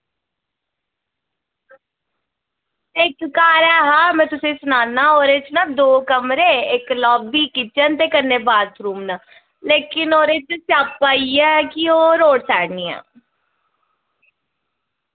इक घर ऐ हा में तुसें सनाना ओह्दे च ना दो कमरे इक लाब्बी किचन ते कन्नै बाथरूम न लेकिन ओह्दे च स्यापा इ'यै कि ओह् रोड़ साइड नी ऐ